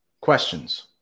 questions